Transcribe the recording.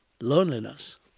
loneliness